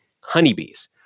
honeybees